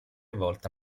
volta